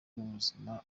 rw’ubuzima